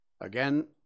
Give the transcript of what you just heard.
Again